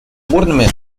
бурными